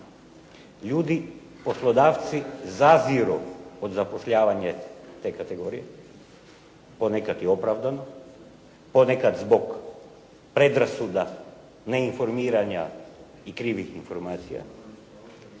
Ljudi, poslodavci zaziru od zapošljavanja te kategorije. Ponekad i opravdano, ponekad zbog predrasuda, neinformiranja i krivih informacija.